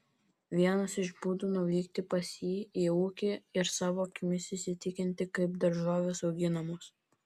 vienas iš būdų nuvykti pas jį į ūkį ir savo akimis įsitikinti kaip daržovės auginamos